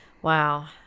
Wow